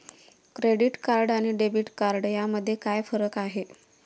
Credit card आणि debit card यामध्ये काय फरक आहे?